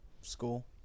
School